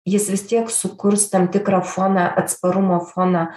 jis vis tiek sukurs tam tikrą foną atsparumo foną